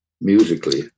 musically